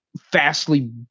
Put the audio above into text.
fastly